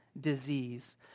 disease